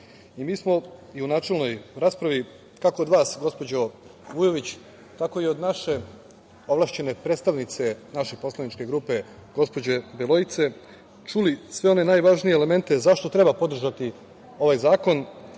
smo i u načelnoj raspravi kako od vas gospođo Vujović, tako i od naše ovlašćene predstavnice naše poslaničke grupe gospođe Beloice čuli sve one najvažnije elemente zašto treba podržati ovaj zakon